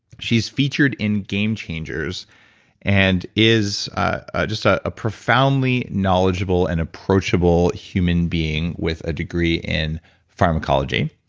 she's featured in game changers and is ah just a a profoundly knowledgeable and approachable human being with a degree in pharmacology